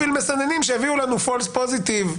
מסננים שיביאו לנו False Positives.